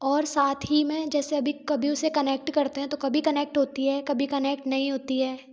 और साथ ही में जैसे अभी कभी उसे कनेक्ट करते हैं तो कभी कनेक्ट होती है कभी कनेक्ट नहीं होती हैं